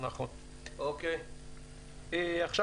עכשיו,